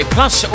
Plus